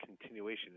continuation